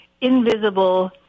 invisible